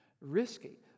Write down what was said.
risky